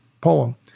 poem